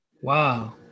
Wow